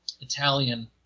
Italian